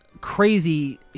crazy